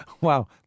Wow